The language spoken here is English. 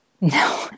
No